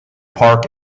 park